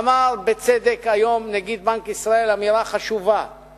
אמר היום בצדק נגיד בנק ישראל אמירה חשובה,